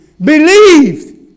believed